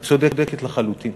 את צודקת לחלוטין.